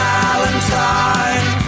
Valentine